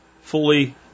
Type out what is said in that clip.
fully